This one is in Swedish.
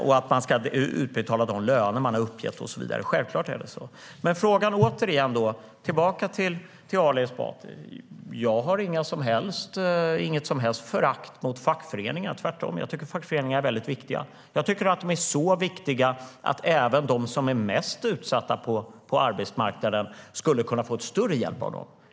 Det är självklart att man ska utbetala de löner som man har utlovat. Jag har inget som helst förakt för fackföreningar. Tvärtom, jag tycker att de är väldigt viktiga, så viktiga att även de som är mest utsatta på arbetsmarknaden skulle kunna få en större hjälp av dem.